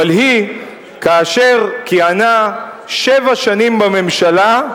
אבל היא, כאשר כיהנה שבע שנים בממשלה,